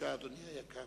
בבקשה, אדוני היקר.